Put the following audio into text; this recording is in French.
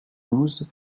douze